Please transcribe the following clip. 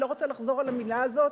אני לא רוצה לחזור על המלה הזאת,